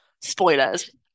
spoilers